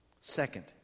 Second